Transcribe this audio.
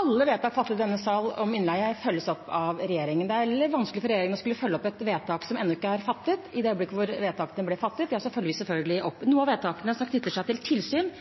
Alle vedtak fattet i denne sal om innleie følges opp av regjeringen. Det er veldig vanskelig for regjeringen å skulle følge opp et vedtak som ennå ikke er fattet. I det øyeblikk vedtakene blir fattet, følger vi selvfølgelig opp. Noen av vedtakene som knytter seg til tilsyn,